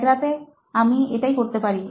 একরাতে আমরা আমি এটাই করতে পারি